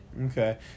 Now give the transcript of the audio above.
Okay